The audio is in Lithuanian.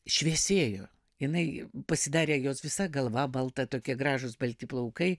šviesėjo jinai pasidarė jos visa galva balta tokie gražūs balti plaukai